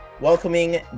welcoming